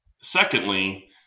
Secondly